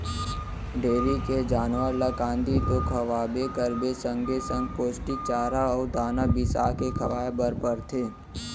dairy के जानवर ल कांदी तो खवाबे करबे संगे संग पोस्टिक चारा अउ दाना बिसाके खवाए बर परथे